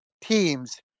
teams